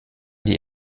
die